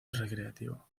recreativo